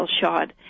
shot